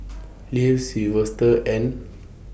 Leif Silvester and